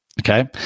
Okay